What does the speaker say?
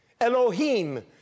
Elohim